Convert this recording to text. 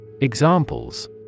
Examples